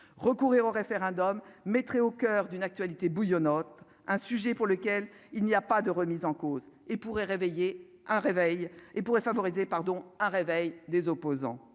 recourir au référendum mettrait au coeur d'une actualité bouillonnante un sujet pour lequel il n'y a pas de remise en cause et pourrait réveiller un réveil et pourrait